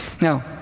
Now